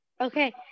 okay